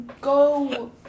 go